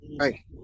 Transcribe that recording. right